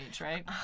right